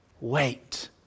wait